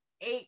eight